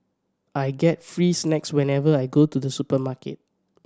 I get free snacks whenever I go to the supermarket